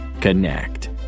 Connect